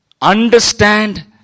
understand